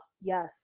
yes